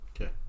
Okay